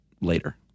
later